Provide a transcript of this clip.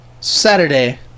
Saturday